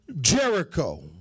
Jericho